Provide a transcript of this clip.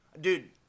Dude